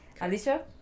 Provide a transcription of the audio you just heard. Alicia